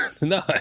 No